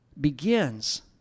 begins